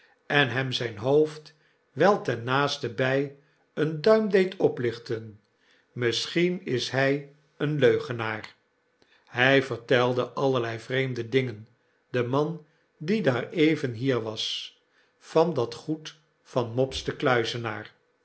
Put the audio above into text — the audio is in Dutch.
en hem zyn hoofd wel ten naastenby een duim deed oplichten misschien is hij een leugenaar hy vertelde allerlei vreemde dingen de man die daar even hier was van dat goed van mopes den kluizenaar